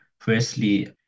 firstly